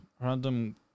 random